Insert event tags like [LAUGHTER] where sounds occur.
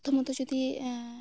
[UNINTELLIGIBLE] ᱢᱚᱫᱽᱫᱷᱮ ᱡᱚᱫᱤ